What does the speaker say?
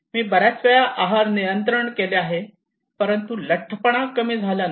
मी बऱ्याच वेळा आहार नियंत्रण केले आहे परंतु लठ्ठ पणा कमी झाला नाही